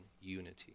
unity